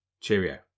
Cheerio